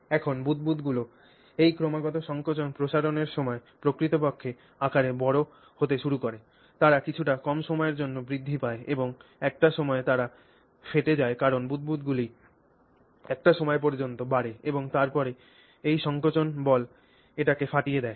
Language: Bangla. এখন বুদবুদগুলি এই ক্রমাগত সংকোচন প্রসারণের সময় প্রকৃতপক্ষে আকারে বাড়তে শুরু করে তারা কিছুটা কম সময়ের জন্য বৃদ্ধি পায় এবং একটা সময়ে তারা ফেটে যায় কারণ বুদবুদগুলি একটি সময় পর্যন্ত বাড়ে এবং তারপরে এই সংকোচন বল এটিকে ফাটিয়ে দেয়